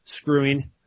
screwing